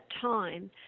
time